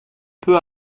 peu